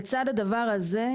לצד הדבר הזה,